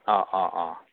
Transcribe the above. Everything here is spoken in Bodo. अ अ अ